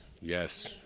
Yes